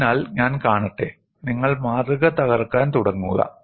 അതിനാൽ ഞാൻ കാണട്ടെ നിങ്ങൾ മാതൃക തകർക്കാൻ തുടങ്ങുക